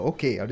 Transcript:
Okay